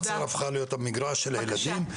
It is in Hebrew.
החצר הפכה המגרש של הילדים,